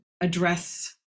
address